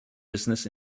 business